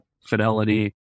Fidelity